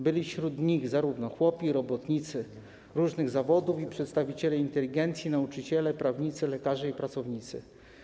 Byli wśród nich zarówno chłopi, robotnicy różnych zawodów, jak i przedstawiciele inteligencji, nauczyciele, prawnicy, lekarze i pracownicy.